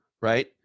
right